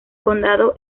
condado